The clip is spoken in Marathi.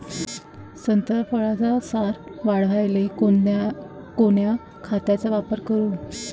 संत्रा फळाचा सार वाढवायले कोन्या खताचा वापर करू?